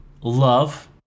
love